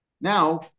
Now